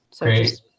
Great